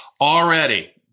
Already